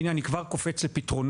והנה, אני כבר קופץ לפתרונות